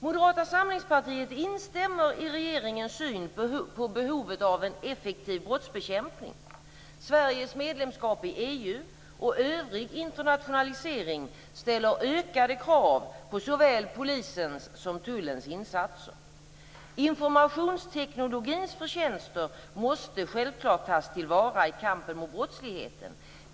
Moderata samlingspartiet instämmer i regeringens syn på behovet av en effektiv brottsbekämpning. Sveriges medlemskap i EU och övrig internationalisering ställer ökade krav på såväl Polisens som Tullens insatser. Informationsteknikens förtjänster måste självklart tas till vara i kampen mot brottsligheten.